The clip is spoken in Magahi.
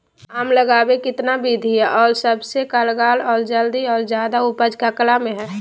आम लगावे कितना विधि है, और सबसे कारगर और जल्दी और ज्यादा उपज ककरा में है?